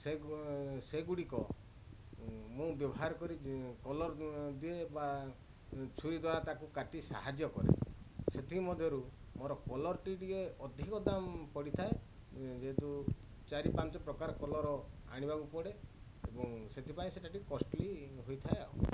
ସେ ସେଗୁଡ଼ିକ ମୁଁ ବ୍ୟବହାର କରି କଲର ଦିଏ ବା ଛୁରୀ ଦ୍ୱାରା ତାକୁ କାଟି ସାହାଯ୍ୟ କରେ ସେଥି ମଧ୍ୟରୁ ମୋର କଲରଟି ଟିକେ ଅଧିକ ଦାମ ପଡ଼ିଥାଏ ଯେହେତୁ ଚାରି ପାଞ୍ଚ ପ୍ରକାର କଲର ଆଣିବାକୁ ପଡ଼େ ମୁଁ ସେଥିପାଇଁ ସେଟା ଟିକେ କଷ୍ଟଲି ହୋଇଥାଏ ଆଉ